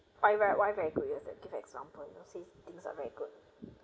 why why why very good you have to give an example you know say things are very good